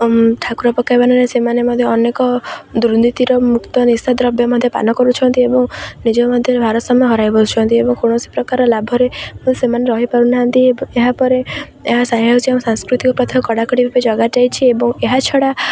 ଠାକୁର ପକାଇବା ନାଁରେ ସେମାନେ ମଧ୍ୟ ଅନେକ ଦୁର୍ନୀତିର ମୁକ୍ତ ନିଶାଦ୍ରବ୍ୟ ମଧ୍ୟ ପାନ କରୁଛନ୍ତି ଏବଂ ନିଜ ମଧ୍ୟରେ ଭାରସାମ୍ୟ ହରାଇ ବସୁଛନ୍ତି ଏବଂ କୌଣସି ପ୍ରକାର ଲାଭରେ ସେମାନେ ରହିପାରୁନାହାନ୍ତି ଏବଂ ଏହାପରେ ଏହା ସାମାଜିକ ଏବଂ ସାଂସ୍କୃତିକ ପ୍ରଥାକୁ କଡ଼ାକଡ଼ି ଭାବେ ଜଗାଯାଇଛି ଏବଂ ଏହା ଛଡ଼ା